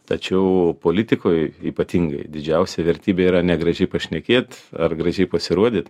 tačiau politikoj ypatingai didžiausia vertybė yra ne gražiai pašnekėt ar gražiai pasirodyt